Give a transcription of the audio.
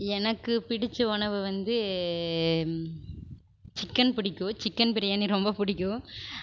எனக்கு பிடித்த உணவு வந்து சிக்கன் பிடிக்கும் சிக்கன் பிரியாணி ரொம்ப பிடிக்கும்